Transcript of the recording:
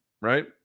right